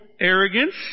arrogance